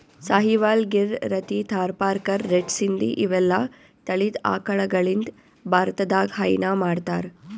Sahiwal, Gir, Rathi, Tharparkar, red Sindhi ಇವೆಲ್ಲಾ ತಳಿದ್ ಆಕಳಗಳಿಂದ್ ಭಾರತದಾಗ್ ಹೈನಾ ಮಾಡ್ತಾರ್